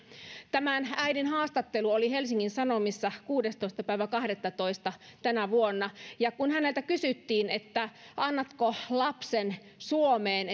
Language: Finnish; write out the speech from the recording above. tämän äidin haastattelu oli helsingin sanomissa kuudestoista kahdettatoista tänä vuonna kun häneltä kysyttiin että annatko lapsen suomeen